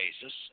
basis